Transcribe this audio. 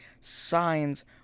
signs